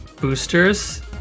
boosters